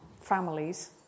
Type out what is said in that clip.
families